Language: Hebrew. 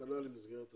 תקנה למסגרת הזנה.